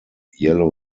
yellow